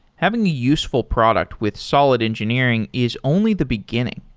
having a useful product with solid engineering is only the beginning.